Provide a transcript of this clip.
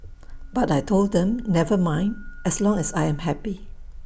but I Told them never mind as long as I am happy